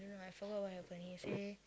don't know I forgot what happen he say